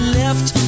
left